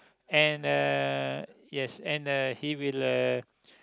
and uh yes and uh he will uh